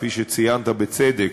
כפי שציינת בצדק,